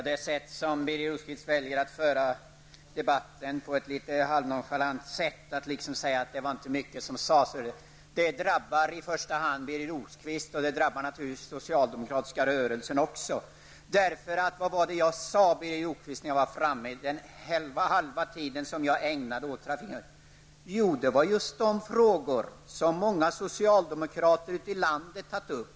Fru talman! Birger Rosqvist väljer att föra debatten på ett litet nonchalant sätt genom att säga att det inte var mycket som sades i replikerna. Men detta drabbar i första hand Birger Rosqvist, och det drabbar naturligtvis också den socialdemokratiska rörelsen. Vad jag under halva mitt anförande talade om var nämligen just de frågor som många socialdemokrater ute i landet har tagit upp.